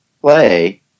play